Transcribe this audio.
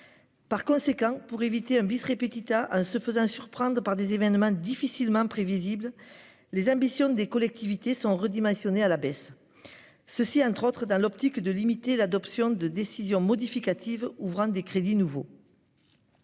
Par conséquent pour éviter un bis répétita hein se faisant surprendre par des événements difficilement prévisibles. Les ambitions des collectivités sont redimensionné à la baisse. Ceci entre autres dans l'optique de limiter l'adoption de décision modificative ouvrant des crédits nouveaux.--